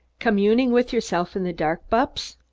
communing with yourself in the dark, bupps?